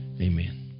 Amen